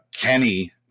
Kenny